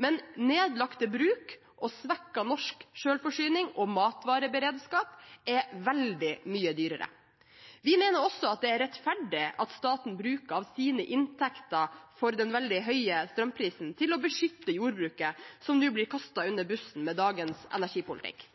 men nedlagte bruk og svekket norsk selvforsyning og matvareberedskap er veldig mye dyrere. Vi mener også at det er rettferdig at staten bruker av sine inntekter fra den veldig høye strømprisen til å beskytte jordbruket, som nå blir kastet under bussen med dagens energipolitikk.